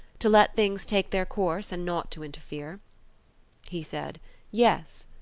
to let things take their course, and not to interfere he said yes,